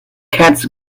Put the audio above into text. cats